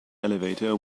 elevator